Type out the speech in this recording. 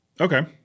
Okay